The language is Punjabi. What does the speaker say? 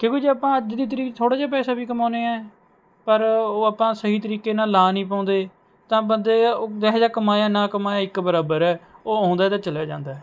ਕਿਉਂਕਿ ਜੇ ਆਪਾਂ ਅੱਜ ਦੀ ਤਰੀਕ 'ਚ ਥੋੜ੍ਹਾਂ ਜਿਹਾ ਪੈਸਾ ਵੀ ਕਮਾਉਂਦੇ ਹੈ ਪਰ ਉਹ ਆਪਾਂ ਸਹੀ ਤਰੀਕੇ ਨਾਲ ਲਗਾ ਨਹੀਂ ਪਾਉਂਦੇ ਤਾਂ ਬੰਦੇ ਉਹ ਜਿਹੇ ਜਿਹਾ ਕਮਾਇਆ ਨਾ ਕਮਾਇਆ ਇੱਕ ਬਰਾਬਰ ਹੈ ਉਹ ਆਉਂਦਾ ਹੈ ਅਤੇ ਚਲਿਆ ਜਾਂਦਾ ਹੈ